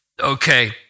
okay